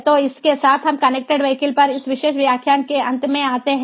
तो इसके साथ हम कनेक्टेड वीहिकल पर इस विशेष व्याख्यान के अंत में आते हैं